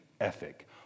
ethic